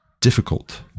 difficult